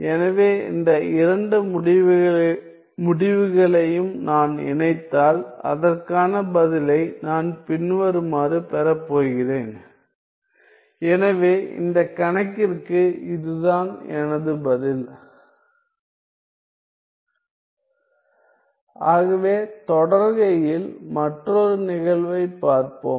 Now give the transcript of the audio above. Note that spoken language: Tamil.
எனவே இந்த இரண்டு முடிவுகளையும் நான் இணைத்தால் அதற்கான பதிலை நான் பின்வருமாறு பெறப்போகிறேன் எனவே இந்த கணக்கிற்கு இதுதான் எனது பதில் ஆகவே தொடர்கையில் மற்றொரு நிகழ்வை பார்ப்போம்